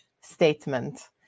statement